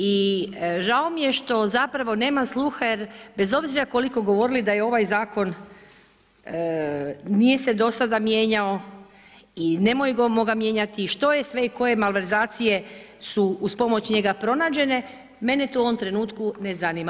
I žao mi je što zapravo nema sluha jer bez obzira koliko govorili da je ovaj zakon nije se do sada mijenjao i nemojmo ga mijenjati i što je sve i koje malverzacije su uz pomoć njega pronađene, mene to u ovom trenutku ne zanima.